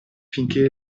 finché